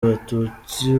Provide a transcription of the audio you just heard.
abatutsi